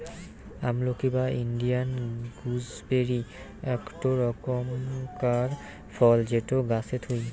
আমলকি বা Indian gooseberry আকটো রকমকার ফল যেটো গাছে থুই